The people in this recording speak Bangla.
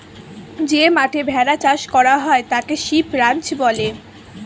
যে মাঠে ভেড়া চাষ করা হয় তাকে শিপ রাঞ্চ বলে